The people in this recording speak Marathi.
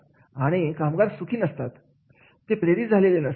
आणि कामगार सुखी नसतात ते प्रेरित झालेली नसतात